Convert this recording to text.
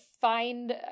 find